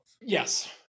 Yes